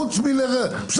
חוץ מ בסדר,